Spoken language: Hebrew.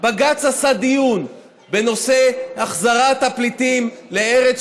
בג"ץ עשה דיון בנושא החזרת הפליטים לארץ